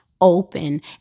open